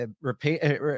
repeat